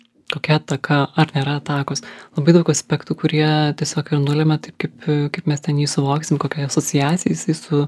kokia taka ar nėra takos labai daug aspektų kurie tiesiog ką nulemia taip kaip kaip mes ten jį suvoksim kokiai asociacijai jisai su